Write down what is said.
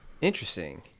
Interesting